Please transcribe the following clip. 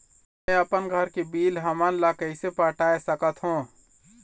मैं अपन घर के बिल हमन ला कैसे पटाए सकत हो?